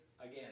again